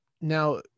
Now